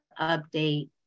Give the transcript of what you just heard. update